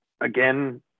again